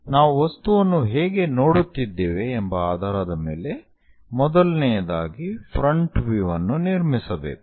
ನಾವು ವಸ್ತುವನ್ನು ಹೇಗೆ ನೋಡುತ್ತಿದ್ದೇವೆ ಎಂಬ ಆಧಾರದ ಮೇಲೆ ಮೊದಲನೆಯದಾಗಿ ಫ್ರಂಟ್ ವ್ಯೂ ಅನ್ನು ನಿರ್ಮಿಸಬೇಕು